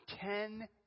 ten